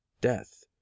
death